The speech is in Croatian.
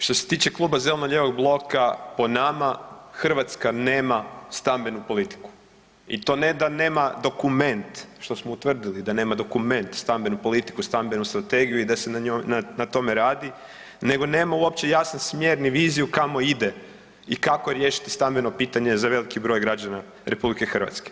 Što se tiče Kluba zeleno-lijevog bloka po nama Hrvatska nema stambenu politiku i to ne da nema dokument, što smo utvrdili da nema dokument stambenu politiku, stambenu strategiju i da se na tome radi nego nema uopće jasan smjer i ni viziju kamo ide i kako riješiti stambeno pitanje za veliki broj građana RH.